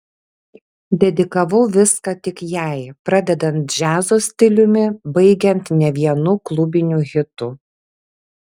dedikavau viską tik jai pradedant džiazo stiliumi baigiant ne vienu klubiniu hitu